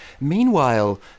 meanwhile